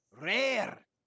Rare